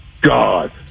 God